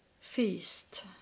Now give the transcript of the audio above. feast